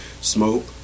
smoke